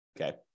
okay